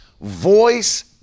voice